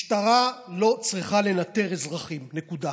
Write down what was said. משטרה לא צריכה לנטר אזרחים, נקודה,